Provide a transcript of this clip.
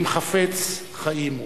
אם חפץ חיים הוא.